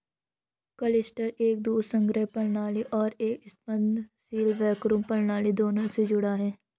cluster एक दूध संग्रह प्रणाली और एक स्पंदनशील वैक्यूम प्रणाली दोनों से जुड़ा हुआ है